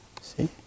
See